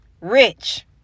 rich